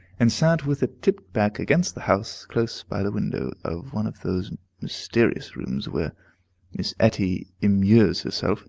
and sat with it tipped back against the house, close by the window of one of those mysterious rooms where miss etty immures herself